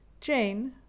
Jane